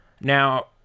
Now